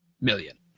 million